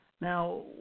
Now